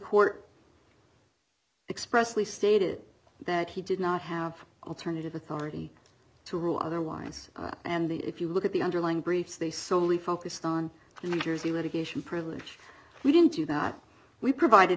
court expressly stated that he did not have alternative authority to rule other wines and the if you look at the underlying briefs they soley focused on the new jersey litigation privilege we didn't do that we provided